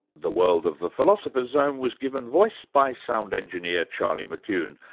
the world of the philosopher's zone was given voice by sound engineer, charlie mckune.